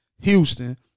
Houston